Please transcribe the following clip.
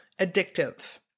addictive